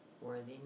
Worthiness